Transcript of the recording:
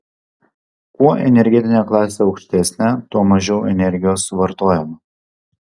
kuo energetinė klasė aukštesnė tuo mažiau energijos suvartojama